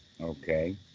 okay